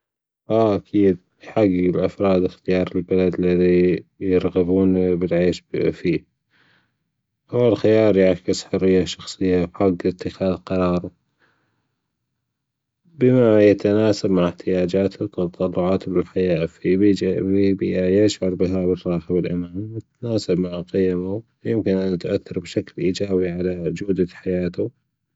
أه اكيد من حج الأفراد أختيار البلد الذي يرغبون العيش فيه أولا خيار يعكس شخصية وحق أتخاذ قرار بما يتناسب مع أحتياجاته وتطلعاته بالحياة في بيج- في بيبئة يشعر فيها بالراحة والأمان تتناسب مع قيمه ويمكن أن تؤثر بشكل إيجابي على جودة حياته.